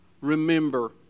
remember